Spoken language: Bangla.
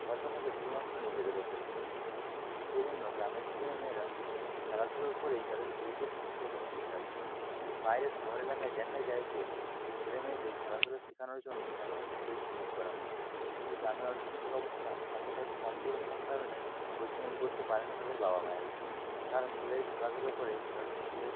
ভরসা থাকে শুধুমাত্র নিজেদের ওপরেই সেই জন্য গ্রামের ছেলেমেয়েরা খেলাধুলো করেই তাদের শরীরকে সুস্থ এবং ফিট রাখে বাইরে শহর এলাকায় দেখা যায় যে ছেলেমেয়েদের খেলাধুলো শেখানোর জন্য সাধারণত কোচ নিয়োগ করা হয় কিন্তু গ্রামের অর্থনৈতিক অবস্থা এতোটাই কমজোর হওয়ার কারণে কোচ নিয়োগ করতে পারে না তাদের বাবা মায়েরা তারা নিজেরাই খেলাধুলো করে তাদের নিজেদের